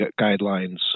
Guidelines